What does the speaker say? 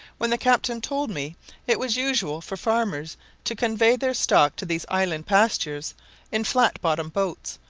when the captain told me it was usual for farmers to convey their stock to these island pastures in flat-bottomed boats,